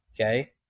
okay